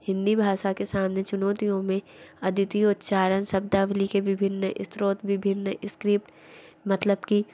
हिन्दी भाषा के सामने चुनौतियों में अदितिय उच्चारण शब्दावली के विभिन्न स्रोत विभिन्न स्क्रिप्ट मतलब कि